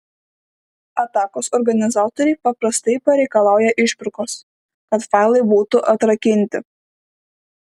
atakos organizatoriai paprastai pareikalauja išpirkos kad failai būtų atrakinti